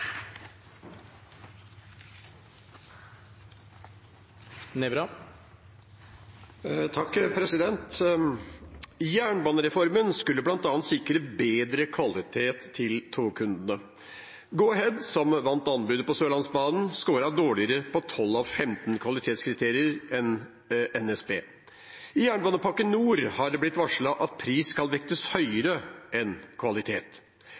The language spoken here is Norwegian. som vant anbudet på Sørlandsbanen, skåret dårligere på 12 av 15 kvalitetskriterier enn NSB. I Jernbanepakke Nord har det blitt varslet at pris skal vektes høyere enn kvalitet.